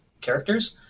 characters